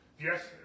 Yes